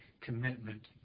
commitment